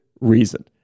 reason